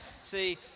See